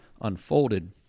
unfolded